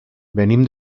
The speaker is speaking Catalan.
venim